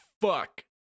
fuck